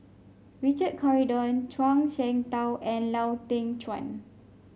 Richard Corridon Zhuang Shengtao and Lau Teng Chuan